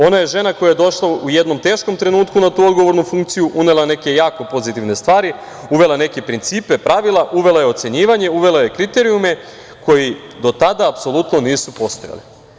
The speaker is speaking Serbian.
Ona je žena koja je došla u jednom teškom trenutku na tu odgovornu funkciju, unela neke jako pozitivne stvari, uvela neke principe, pravila, uvela je ocenjivanje, uvela je kriterijume koji do tada, apsolutno nisu postojali“